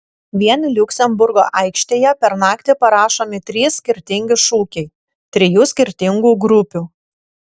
vien liuksemburgo aikštėje per naktį parašomi trys skirtingi šūkiai trijų skirtingų grupių